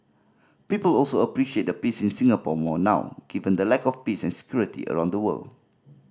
people also appreciate the peace in Singapore more now given the lack of peace and security around the world